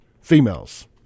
females